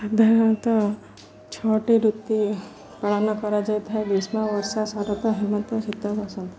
ସାଧାରଣତଃ ଛଅଟି ଋତୁ ପାଳନ କରାଯାଇଥାଏ ଗ୍ରୀଷ୍ମା ବର୍ଷା ଶରତ ହେମନ୍ତ ଶୀତ ବସନ୍ତ